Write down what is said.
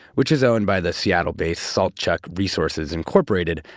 which is owned by the seattle-based saltchuk resources incorporated,